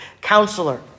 counselor